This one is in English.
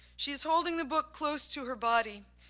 she is holding the book close to her body,